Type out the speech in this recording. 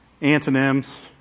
Antonyms